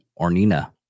Ornina